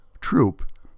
troop